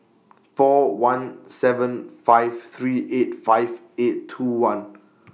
four one seven five three eight five eight two one